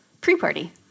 Pre-party